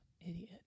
Idiot